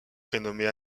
prénommée